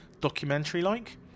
documentary-like